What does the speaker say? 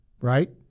right